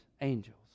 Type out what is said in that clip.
angels